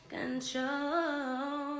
Control